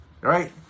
right